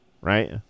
right